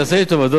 תעשה לי טובה,